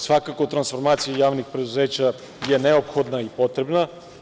Svakako, transformacija javnih preduzeća je neophodna i potrebna.